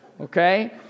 Okay